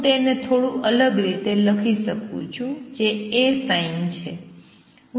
હું તેને થોડું અલગ રીતે લખી શકું છું જે Asin છે